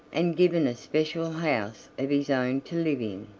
and given a special house of his own to live in.